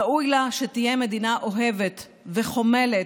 ראוי לה שתהיה מדינה אוהבת וחומלת,